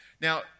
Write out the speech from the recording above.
Now